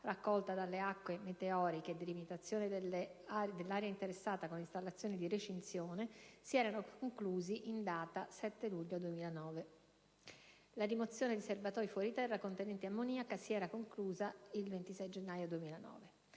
raccolta delle acque meteoriche e delimitazione dell'area interessata con installazione di recinzione, si erano conclusi in data 7 luglio 2009; la rimozione dei serbatoi fuori terra contenenti ammoniaca si era conclusa il 26 gennaio 2009.